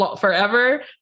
forever